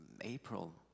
April